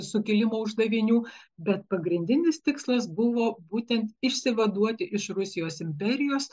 sukilimo uždavinių bet pagrindinis tikslas buvo būtent išsivaduoti iš rusijos imperijos